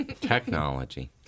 technology